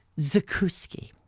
zakuski.